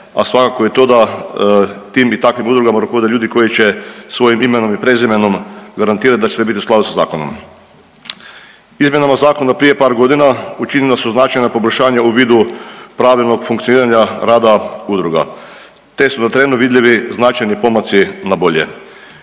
a svakako i to da tim i takvim udrugama rukovode ljudi koji će svojim imenom i prezimenom garantirati da će sve biti u skladu sa zakonom. Izmjenama zakona prije par godina učinjena su značajna poboljšanja u vidu pravilnog funkcioniranja rada udruga, te su na terenu vidljivi značajni pomaci na bolje.